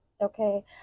okay